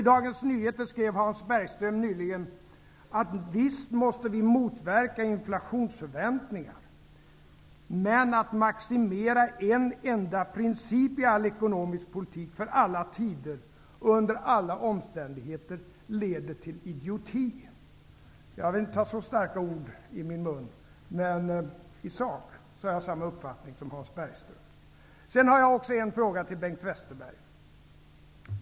I Dagens Nyheter skrev Hans Bergström nyligen: Att visst måste vi motverka inflationsförväntningarna, men att maximera en enda princip i all ekonomisk politik för alla tider och under alla omständigheter leder till idioti. Jag vill inte ta så starka ord i min mun. Men i sak har jag samma uppfattning som Hans Bergström. Jag har en fråga till Bengt Westerberg.